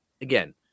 again